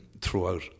throughout